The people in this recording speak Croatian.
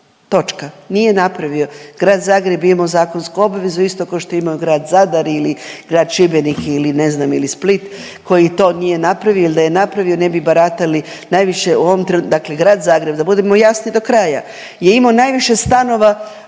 Točka. Nije napravio. Grad Zagreb je imao zakonsku obavezu isto kao što je imao grad Zadar ili grad Šibenik ili ne znam ili Split koji to nije napravio, jer da je napravio ne bi baratali najviše u ovom trenutku, dakle grad Zagreb da budemo jasni do kraja je imao najviše stanova